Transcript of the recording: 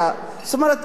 זאת אומרת,